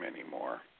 anymore